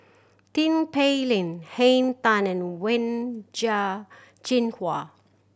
Tin Pei Ling Henn Tan and Wen Jinhua